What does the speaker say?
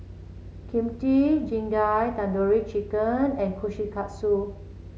Kimchi Jjigae Tandoori Chicken and Kushikatsu